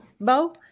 bow